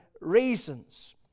reasons